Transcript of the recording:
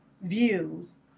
views